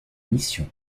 missions